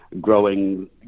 growing